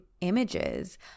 images